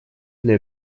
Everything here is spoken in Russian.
для